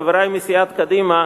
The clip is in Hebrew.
חברי מסיעת קדימה,